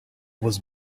was